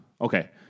Okay